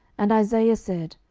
and isaiah said,